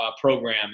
program